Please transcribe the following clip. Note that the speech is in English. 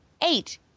eight